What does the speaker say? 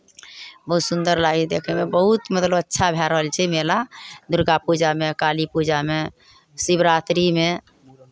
बहुत सुन्दर लागै छै देखयमे बहुत मतलब अच्छा भए रहल छै मेला दुर्गा पूजामे काली पूजामे शिवरात्रिमे